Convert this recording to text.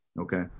okay